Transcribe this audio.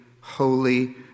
holy